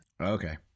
Okay